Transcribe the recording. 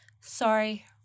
Sorry